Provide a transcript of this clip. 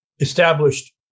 established